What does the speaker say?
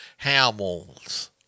Hamels